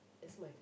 that's my fave